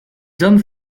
hommes